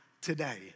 today